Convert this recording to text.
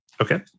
Okay